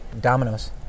dominoes